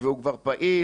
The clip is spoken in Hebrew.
והוא כבר פעיל,